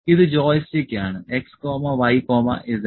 ഇത് ജോയിസ്റ്റിക്ക് ആണ് x y z